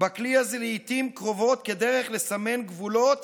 בכלי הזה לעיתים קרובות כדרך לסמן גבולות